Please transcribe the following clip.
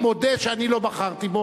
אני מודה שאני לא בחרתי בו